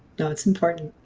no it's important.